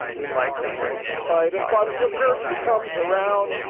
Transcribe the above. we like to drink and fight and fight till curfew comes around.